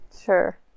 Sure